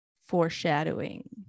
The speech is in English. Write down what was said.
foreshadowing